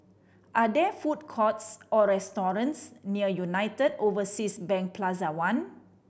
are there food courts or restaurants near United Overseas Bank Plaza One